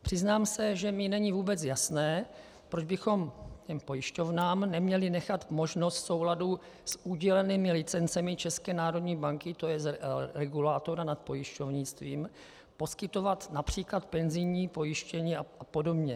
Přiznám se, že mi není vůbec jasné, proč bychom těm pojišťovnám neměli nechat možnost v souladu s udělenými licencemi České národní banky, to je regulátora nad pojišťovnictvím, poskytovat např. penzijní pojištění a podobně.